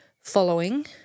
following